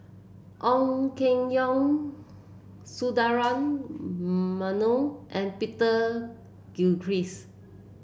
Ong Keng Yong Sundaresh Menon and Peter Gilchrist